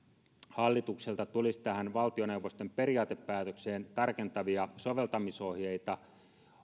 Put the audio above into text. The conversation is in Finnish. hallitukselta tulisi tähän valtioneuvoston periaatepäätökseen tarkentavia soveltamisohjeita